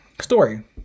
story